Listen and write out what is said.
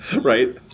Right